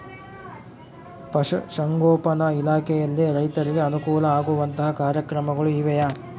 ಪಶುಸಂಗೋಪನಾ ಇಲಾಖೆಯಲ್ಲಿ ರೈತರಿಗೆ ಅನುಕೂಲ ಆಗುವಂತಹ ಕಾರ್ಯಕ್ರಮಗಳು ಇವೆಯಾ?